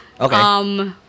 Okay